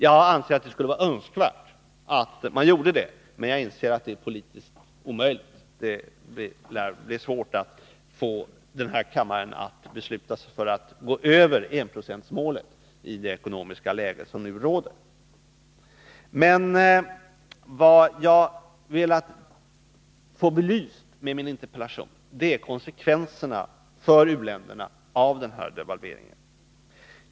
Jag anser att det skulle vara önskvärt att göra det, men jag inser att det är politiskt omöjligt. Det lär bli svårt att få kammaren att besluta sig för att gå över enprocentsmålet i det ekonomiska läge som nu råder. Vad jag med min interpellation velat få belyst är konsekvenserna för u-länderna av devalveringen.